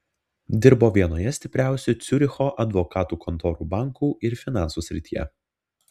dirbo vienoje stipriausių ciuricho advokatų kontorų bankų ir finansų srityje